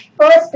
first